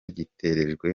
gitegerejwe